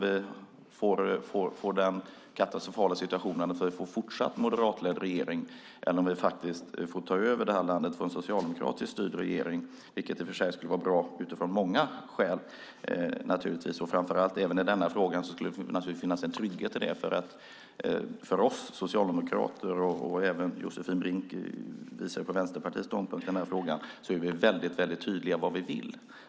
Vi kan få den katastrofala situationen att det blir en fortsatt moderatledd regering, eller så kan en socialdemokratiskt styrd regering ta över landet. Det skulle i och för sig vara bra av många skäl, naturligtvis, framför allt i denna fråga där det skulle finnas en trygghet eftersom vi socialdemokrater, och även Josefin Brink som visar på Vänsterpartiets ståndpunkt i frågan, är väldigt tydliga med vad vi vill.